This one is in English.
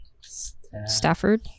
Stafford